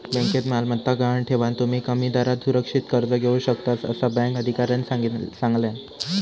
बँकेत मालमत्ता गहाण ठेवान, तुम्ही कमी दरात सुरक्षित कर्ज घेऊ शकतास, असा बँक अधिकाऱ्यानं सांगल्यान